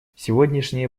сегодняшние